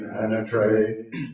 penetrate